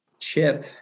chip